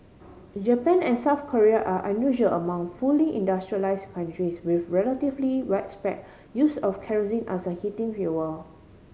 Japan and South Korea are unusual among fully industrialise countries with relatively widespread use of kerosene as a heating fuel